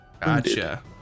Gotcha